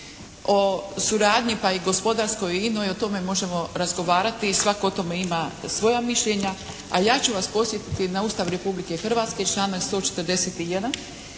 O suradnji pa i gospodarskoj i inoj o tome možemo razgovarati i svatko o tome ima svoja mišljenja. Ali ja ću vas podsjetiti na Ustav Republike Hrvatske, članak 141.